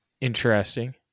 Interesting